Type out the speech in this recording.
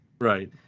Right